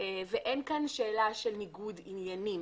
ואין כאן שאלה של ניגוד עניינים,